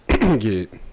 Get